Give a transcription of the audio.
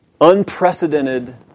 unprecedented